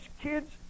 kids